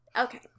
Okay